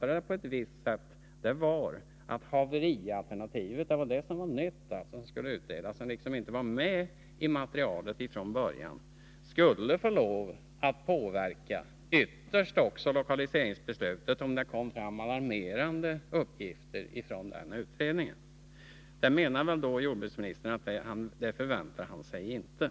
Det nya var haverialternativet, som inte var med i materialet från början. Det skulle utredas och få lov att påverka ytterst också lokaliseringsbeslutet — om det kom fram alarmerande uppgifter från utredningen. Jag antar att jordbruksministern menar att han inte förväntar sig att sådana kommer.